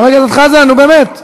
חבר הכנסת חזן, נו, באמת.